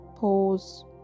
pause